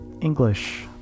English